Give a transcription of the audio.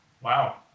Wow